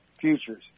futures